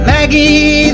Maggie